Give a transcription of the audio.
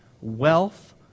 wealth